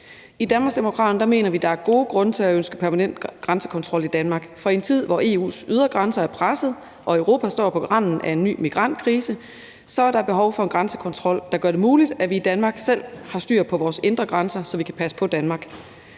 mener vi, at der er gode grunde til at ønske permanent grænsekontrol i Danmark, for i en tid, hvor EU's ydre grænser er pressede og Europa står på randen af en ny migrantkrise, er der behov for en grænsekontrol, der gør det muligt, at vi i Danmark selv holder styr på vores indre grænser, så vi kan passe på Danmark.